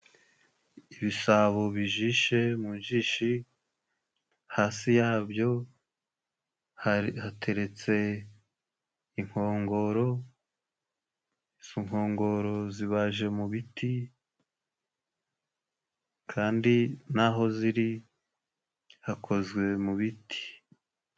Ibisabo bijishe mu njishi, hasi yabyo hari hateretse inkongoro izo nkongoro zibaje mu biti, kandi naho ziri hakozwe mu biti.